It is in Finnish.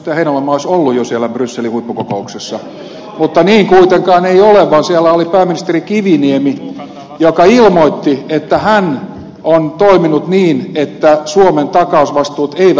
heinäluoma olisi ollut jo siellä brysselin huippukokouksessa mutta niin kuitenkaan ei ollut vaan siellä oli pääministeri kiviniemi joka ilmoitti että hän on toiminut niin että suomen takausvastuut eivät nouse